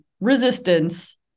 resistance